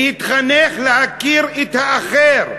להתחנך להכיר את האחר,